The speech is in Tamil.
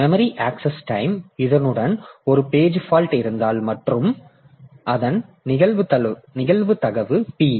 மெமரி ஆக்சஸ் டைம் இதனுடன் ஒரு பேஜ் பால்ட் இருந்தால் மற்றும் அதன் நிகழ்தகவு p